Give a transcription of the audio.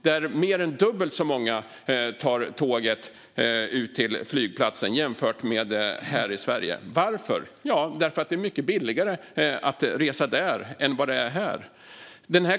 Där tar mer än dubbelt så många tåget ut till flygplatsen jämfört med här i Sverige. Varför? Jo, därför att det är mycket billigare att resa där än det är här.